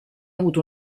avuto